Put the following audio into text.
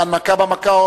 בהנמקה מהמקום,